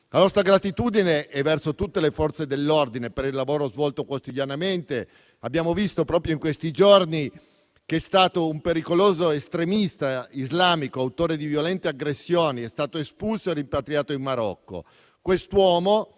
La nostra gratitudine è verso tutte le Forze dell'ordine per il lavoro svolto quotidianamente. Abbiamo visto, proprio in questi giorni, che un pericoloso estremista islamico, autore di violente aggressioni, è stato espulso e rimpatriato in Marocco.